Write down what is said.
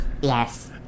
Yes